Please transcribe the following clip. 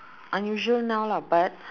unusual now lah but